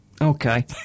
okay